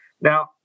Now